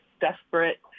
desperate